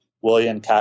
William